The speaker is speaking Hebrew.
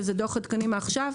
שהוא עדכני מעכשיו,